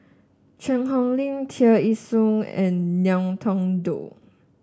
Cheang Hong Lim Tear Ee Soon and Ngiam Tong Dow